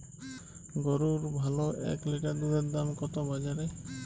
গরুর ভালো এক লিটার দুধের দাম কত বাজারে?